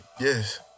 Yes